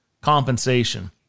compensation